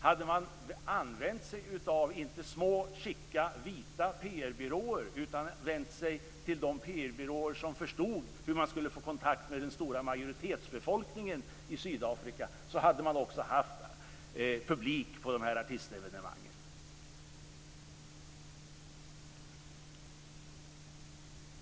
Hade man inte använt sig av små, chica, vita PR-byråer utan vänt sig till de PR-byråer som förstod hur man skulle få kontakt med den stora majoritetsbefolkningen i Sydafrika så hade man också haft publik på de här artistevenemangen.